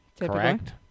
Correct